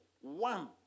one